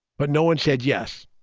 but no one said yes.